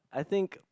I think